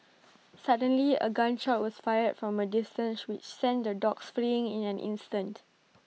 suddenly A gun shot was fired from A distance which sent the dogs fleeing in an instant